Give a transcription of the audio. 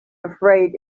afraid